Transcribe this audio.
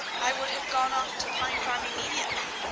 i would have gone off to pine farm immediately,